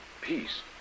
peace